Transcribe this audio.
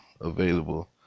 available